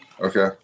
Okay